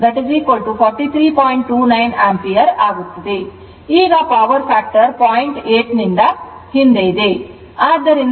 ಈಗ power factor 0